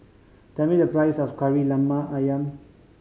tell me the price of Kari Lemak Ayam